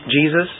Jesus